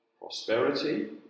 Prosperity